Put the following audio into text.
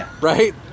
right